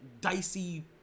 dicey